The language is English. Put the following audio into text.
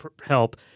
help